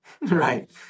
right